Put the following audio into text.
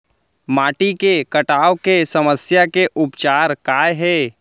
माटी के कटाव के समस्या के उपचार काय हे?